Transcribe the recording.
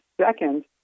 Second